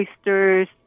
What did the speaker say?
oysters